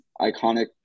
iconic